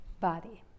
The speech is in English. body